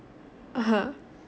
!huh!